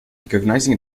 recognizing